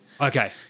Okay